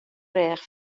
rêch